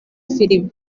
filime